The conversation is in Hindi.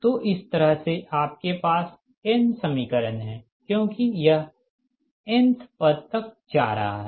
तो इस तरह से आपके पास n समीकरण है क्योंकि यह nth पद तक जा रहा है